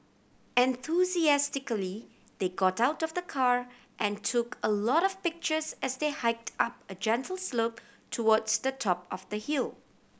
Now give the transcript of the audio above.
enthusiastically they got out of the car and took a lot of pictures as they hiked up a gentle slope towards the top of the hill